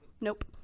nope